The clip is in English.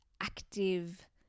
active